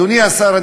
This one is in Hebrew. אדוני השר,